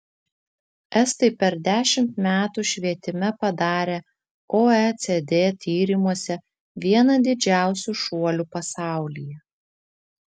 estai per dešimt metų švietime padarė oecd tyrimuose vieną didžiausių šuolių pasaulyje